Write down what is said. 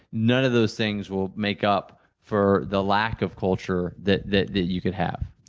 none of those things will make up for the lack of culture that that you could have.